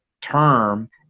term